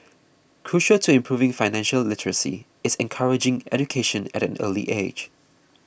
crucial to improving financial literacy is encouraging education at an early age